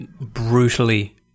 brutally